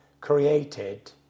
created